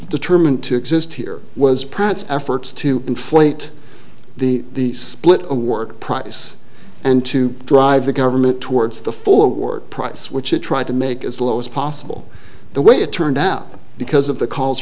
determined to exist here was pratts efforts to inflate the split a work price and to drive the government towards the full award price which it tried to make as low as possible the way it turned out because of the calls